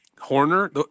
Horner